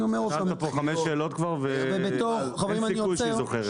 אני אומר עוד פעם --- שאלת פה חמש שאלות כבר ואין סיכוי שהיא זוכרת.